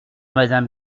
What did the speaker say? madame